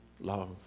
love